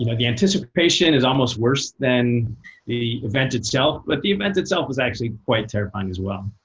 you know the anticipation is almost worse than the event itself, but the event itself, was actually quite terrifying as well.